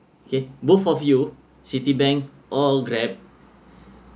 kay both of you citibank or grab